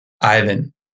Ivan